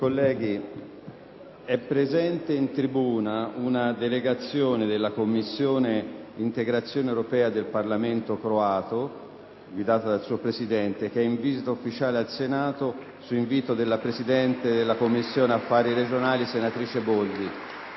Colleghi, è presente in tribuna una delegazione della Commissione integrazione europea del Parlamento croato, guidata dal suo presidente, in visita ufficiale al Senato su invito della presidente della Commissione politiche dell'Unione europea, senatrice Boldi.